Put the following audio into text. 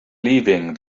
leaving